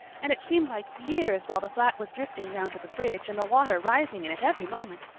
and it seemed like years while the flat was drifting down to the bridge and the water rising in it every moment.